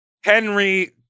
Henry